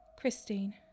Christine